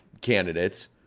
candidates